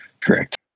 Correct